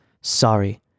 Sorry